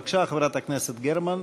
בבקשה, חברת הכנסת גרמן.